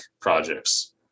projects